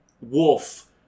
wolf